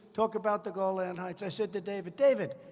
talk about the golan heights. i said to david, david,